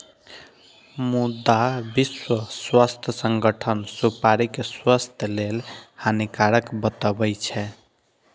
मुदा विश्व स्वास्थ्य संगठन सुपारी कें स्वास्थ्य लेल हानिकारक बतबै छै